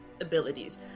abilities